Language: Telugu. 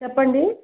చెప్పండి